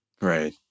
Right